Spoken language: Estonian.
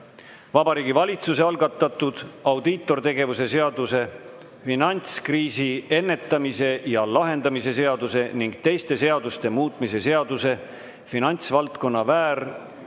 Vabariigi Valitsuse algatatud audiitortegevuse seaduse, finantskriisi ennetamise ja lahendamise seaduse ning teiste seaduste muutmise seaduse (finantsvaldkonna